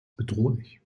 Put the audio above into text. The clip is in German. bedrohlich